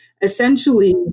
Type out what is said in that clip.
essentially